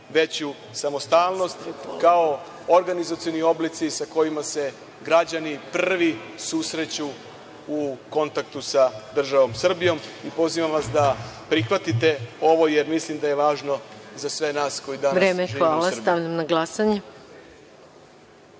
veću samostalnost, kao organizacioni oblici sa kojima se građani prvi susreću u kontaktu sa državom Srbijom. Pozivam vas da prihvatite ovo, jer mislim da je važno za sve nas koji danas živimo u Srbiji. **Maja Gojković** Hvala. Stavljam na glasanje